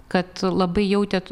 kad labai jautėt